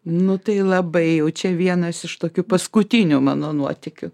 nu tai labai jau čia vienas iš tokių paskutinių mano nuotykių